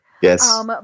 Yes